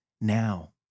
now